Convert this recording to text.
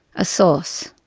a source.